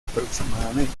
aproximadamente